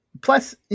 Plus